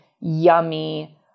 yummy